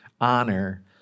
honor